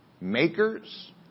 makers